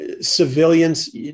civilians